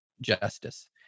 justice